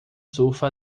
surfa